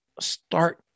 start